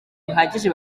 buhagije